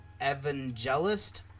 evangelist